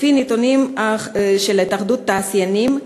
לפי הנתונים של התאחדות התעשיינים,